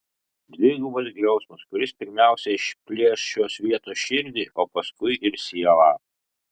dvigubas griausmas kuris pirmiausia išplėš šios vietos širdį o paskui ir sielą